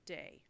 day